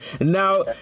Now